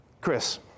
Chris